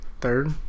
third